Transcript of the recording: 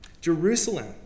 Jerusalem